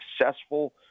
successful